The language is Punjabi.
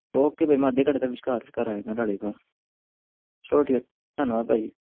ਓਕੇ ਭਾਅ ਜੀ ਮੈਂ ਅੱਧੇ ਘੰਟੇ ਦੇ ਵਿਚਕਾਰ ਵਿਚਕਾਰ ਆ ਜਾਂਦਾ ਚਲੋ ਠੀਕ ਆ ਧੰਨਵਾਦ ਭਾਅ ਜੀ